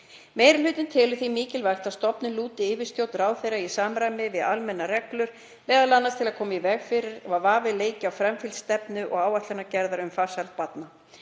Meiri hlutinn telur því mikilvægt að stofnunin lúti yfirstjórn ráðherra í samræmi við almennar reglur, m.a. til að koma í veg fyrir að vafi leiki á framfylgd stefnu og áætlanagerðar um farsæld barna.